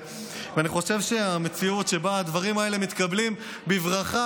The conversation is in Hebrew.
אני חושב שהמציאות שבה הדברים האלה מתקבלים בברכה